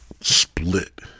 split